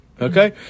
Okay